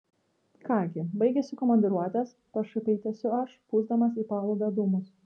ką gi baigėsi komandiruotės pašaipiai tęsiu aš pūsdamas į palubę dūmus